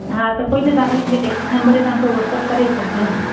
हा त कोई न तव्हां खाली मूंखे टेक्सी नंबर तव्हां मूंखे वोट्सप करे छॾिजो